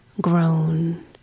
grown